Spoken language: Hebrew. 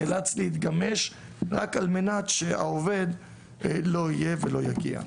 נאלץ להתגמש רק מפני שחושש שהעובד לא יהיה ולא יגיע.